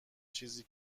چیزی